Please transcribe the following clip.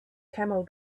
camel